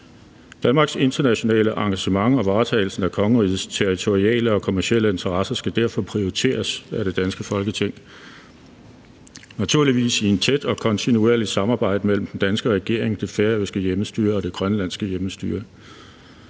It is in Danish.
Danmarks internationale engagement og varetagelsen af kongerigets territoriale og kommercielle interesser skal derfor prioriteres af det danske Folketing, naturligvis i et tæt og kontinuerligt samarbejde mellem den danske regering, det færøske hjemmestyre og det grønlandske selvstyre.